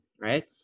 right